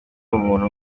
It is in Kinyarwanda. umuntu